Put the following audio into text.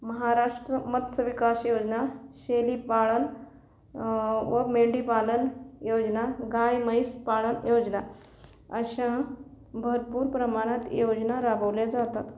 महाराष्ट्र मत्स्यविकास योजना शेळीपालन व मेंढीपालन योजना गाय म्हैस पालन योजना अशा भरपूर प्रमाणात योजना राबवल्या जातात